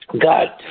God